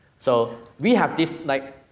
so, we have this, like,